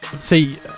See